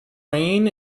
reign